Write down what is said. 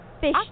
fish